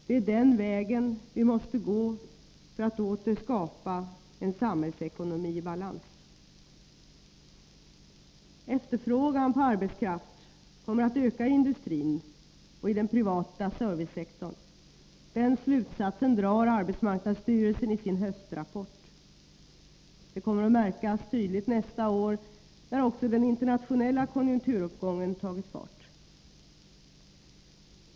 Det är den vägen vi måste gå för att åter skapa en samhällsekonomi i balans. Efterfrågan på arbetskraft kommer att öka inom industrin och inom den privata servicesektorn. Den slutsatsen drar arbetsmarknadsstyrelsen i sin höstrapport. Det kommer att märkas tydligt under nästa år, när även den internationella konjunkturuppgången har tagit fart.